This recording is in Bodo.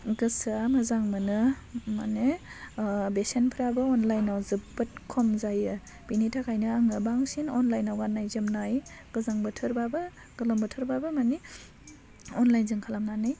गोसोया मोजां मोनो माने बेसेनफ्राबो अनलाइनाव जोबोर खम जायो बेनि थाखायनो आङो बांसिन अनलाइनाव गाननाय जोमनाय गोजां बोथोरबाबो गोलोम बोथोरबाबो मानि अनलाइनजों खालामनानै